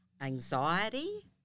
anxiety